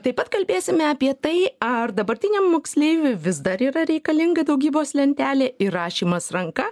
taip pat kalbėsime apie tai ar dabartiniam moksleiviui vis dar yra reikalinga daugybos lentelė ir rašymas ranka